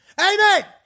Amen